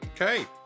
Okay